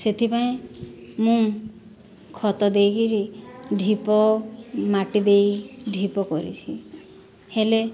ସେଥିପାଇଁ ମୁଁ ଖତ ଦେଇକିରି ଢିପ ମାଟି ଦେଇ ଢିପ କରିଛି ହେଲେ